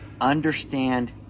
understand